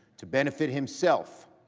to benefit himself,